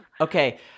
Okay